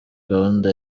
gahunda